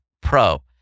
Pro